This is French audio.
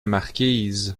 marquise